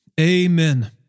Amen